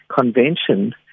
convention